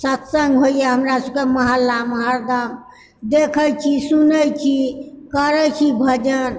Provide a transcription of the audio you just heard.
सत्संग होइए हमरा सभके मोहल्लामऽ हरदम देखैत छी सुनैत छी करैत छी भजन